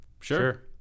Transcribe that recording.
Sure